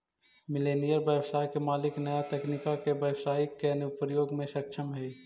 millennial व्यवसाय के मालिक नया तकनीका के व्यवसाई के अनुप्रयोग में सक्षम हई